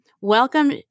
Welcome